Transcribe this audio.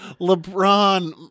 lebron